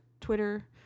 Twitter